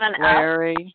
Larry